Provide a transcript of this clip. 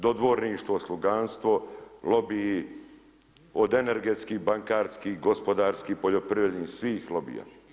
Dodvorništvo, sluganstvo, lobiji od energetskih, bankarskih, gospodarskih, poljoprivrednih svih lobija.